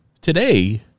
Today